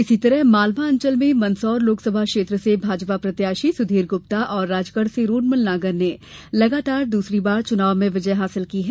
इसी तरह मालवा अंचल में मंदसौर लोकसभा क्षेत्र से भाजपा प्रत्याशी सुधीर गुप्ता और राजगढ से रोडमल नागर ने लगातार दूसरी बार चुनाव में विजय हासिल की है